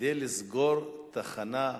כדי לסגור תחנה?